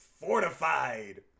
fortified